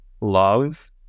love